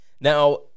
Now